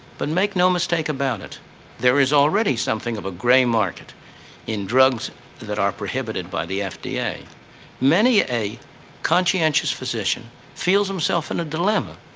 but make no mistake about it there is already something of a gray market in drugs that are prohibited by the fda. many a conscientious physician feels himself in a dilemma,